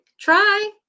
Try